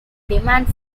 demand